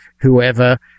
whoever